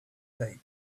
baby